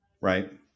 Right